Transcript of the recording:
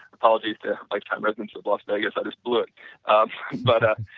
apologies to lifetime residents of las vegas, i just blew um but